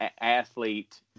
athlete